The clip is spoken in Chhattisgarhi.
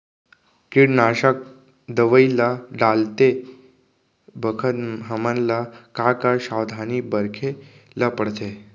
कीटनाशक दवई ल डालते बखत हमन ल का का सावधानी रखें ल पड़थे?